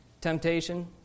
temptation